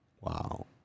Wow